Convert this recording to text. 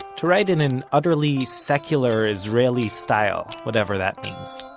to write in an utterly secular israeli style, whatever that means